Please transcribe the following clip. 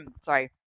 Sorry